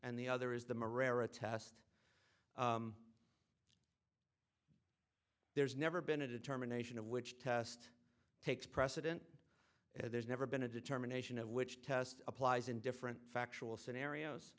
and the other is the test there's never been a determination of which test takes precedent there's never been a determination of which test applies in different factual scenarios